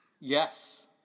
Yes